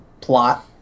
plot